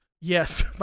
Yes